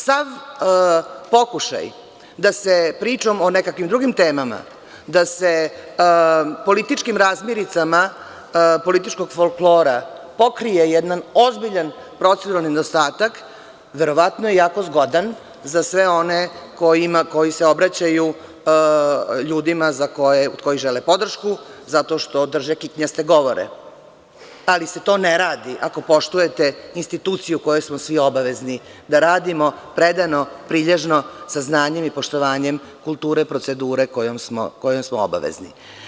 Sav pokušaj da se pričom o nekakvim drugim temama, da se političkim razmiricama političkog folklora pokrije jedan ozbiljan proceduralni nedostatak, verovatno je jako zgodan za sve one koji se obraćaju ljudima koji žele podršku zato što drže kitnjaste govore, ali se to ne radi ako poštujete instituciju u kojoj smo svi obavezni da radimo predano, prilježno sa znanjem i poštovanjem kulture procedure kojom smo obavezni.